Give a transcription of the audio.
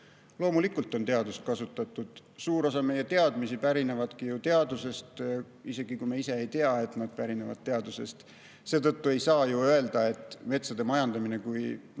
Loomulikult on teadust kasutatud, suur osa meie teadmisi pärinevad teadusest, isegi kui me ise ei tea, et nad pärinevad teadusest. Seetõttu ei saa ju öelda, et metsade majandamine tervikuna ei